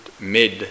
mid